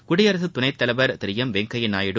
குடியரசு துணைத் தலைவர் திரு எம் வெங்கப்ய நாயுடு